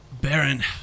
Baron